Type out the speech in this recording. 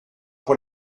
pour